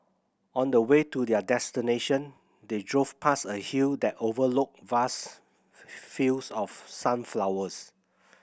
on the way to their destination they drove past a hill that overlooked vast fields of sunflowers